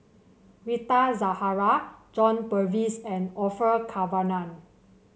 Rita Zahara John Purvis and Orfeur Cavenagh